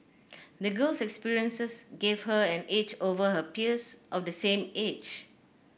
the girl's experiences gave her an edge over her peers of the same age